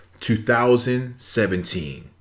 2017